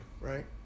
right